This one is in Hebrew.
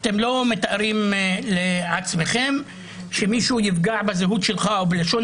אתם לא מתארים לעצמכם שמישהו יפגע בזהות שלך או בלשון